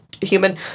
human